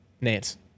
Nance